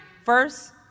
First